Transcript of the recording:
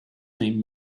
named